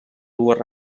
dues